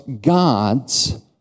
God's